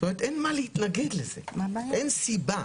אין מה להתנגד לזה, אין סיבה.